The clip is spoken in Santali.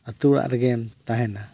ᱟᱹᱛᱩ ᱚᱲᱟᱜ ᱨᱮᱜᱮᱢ ᱛᱟᱦᱮᱱᱟ